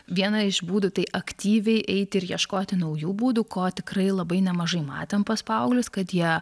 vieną iš būdų tai aktyviai eiti ir ieškoti naujų būdų ko tikrai labai nemažai matėm pas paauglius kad jie